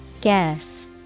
Guess